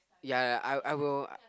ya ya ya I I will